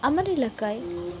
আমার এলাকায়